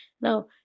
Now